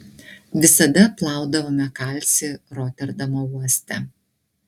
visada plaudavome kalcį roterdamo uoste